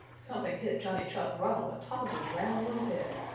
something hit johnny chuck right on the top of his round little head.